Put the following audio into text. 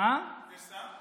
אין שר.